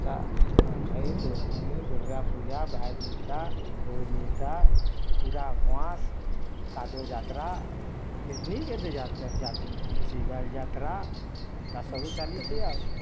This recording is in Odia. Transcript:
ଏନ୍ତା ନୂଆଁଖାଇ ଫୁଷ୍ପୂନି ଦୁର୍ଗା ପୂଜା ଭାଇଜିତା ପୁଅଜିତା ପୁରାଉଁଆସ୍ କାଦୁଅ ଯାତ୍ରା କେଜ୍ନି କେତେ ହେସି ବାଲିଯାତ୍ରା ଏନ୍ତା ସବୁ ଚାଲିଛି ଆଉ